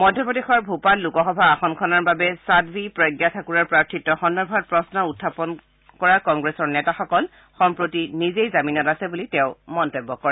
মধ্যপ্ৰদেশৰ ভূপাল লোকসভা আসনখনৰ বাবে সাধৱী প্ৰজ্ঞা ঠাকুৰৰ প্ৰাৰ্থীত্ব সন্দৰ্ভত প্ৰশ্ন উখাপন কৰা কংগ্ৰেছৰ নেতাসকল সম্প্ৰতি নিজেই জামিনত আছে বুলিও তেওঁ মন্তব্য কৰে